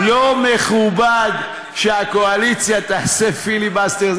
לא מכובד שהקואליציה תעשה פיליבסטר.